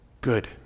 good